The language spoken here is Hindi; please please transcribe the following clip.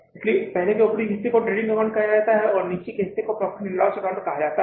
इसलिए पहले ऊपरी हिस्से को ट्रेडिंग अकाउंट कहा जाता है और निचले हिस्से को प्रॉफिट एंड लॉस अकाउंट कहा जाता है